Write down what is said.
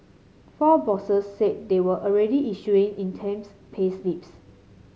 four bosses said they were already issuing itemised payslips